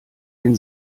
den